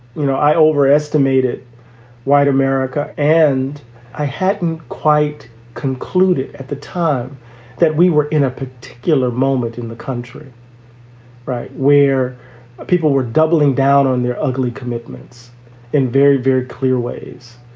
you know, i overestimated white america and i hadn't quite concluded at the time that we were in a particular moment in the country right. where people were doubling down on their ugly commitments and very, very clear ways.